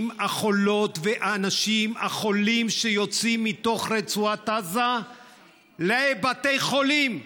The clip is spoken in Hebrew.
החולות והאנשים החולים שיוצאים מתוך רצועת עזה לבתי חולים,